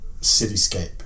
cityscape